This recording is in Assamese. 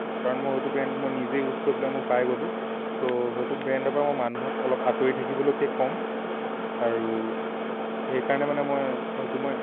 কাৰণ মই সৈটো ব্ৰেণ্ড মই নিজে ইউজ কৰি পেলাই মই পাই গ'লো চ' সৈটো ব্ৰেণ্ডৰপৰা মই মানুহক অলপ আঁতৰি থাকিবলৈকে ক'ম আৰু সেইকাৰণে মানে মই সেইটো মই